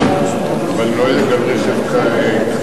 אבל הוא נוהג גם ברכב קטן,